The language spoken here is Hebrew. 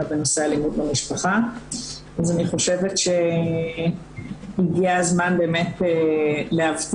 בנושא אלימות במשפחה אז אני חושבת שהגיע הזמן באמת להבטיח